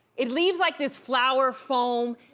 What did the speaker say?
it leaves like this flower foam